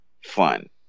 fun